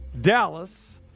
Dallas